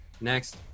next